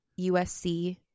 USC